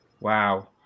Wow